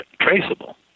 traceable